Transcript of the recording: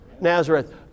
Nazareth